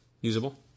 usable